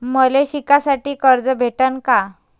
मले शिकासाठी कर्ज भेटन का?